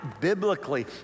biblically